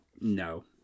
no